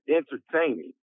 entertaining